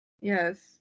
Yes